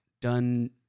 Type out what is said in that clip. done